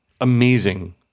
amazing